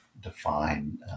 define